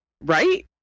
Right